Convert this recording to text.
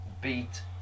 beat